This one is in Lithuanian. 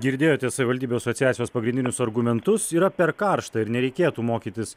girdėjote savivaldybių asociacijos pagrindinius argumentus yra per karšta ir nereikėtų mokytis